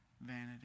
Vanity